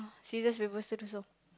scissors paper stone also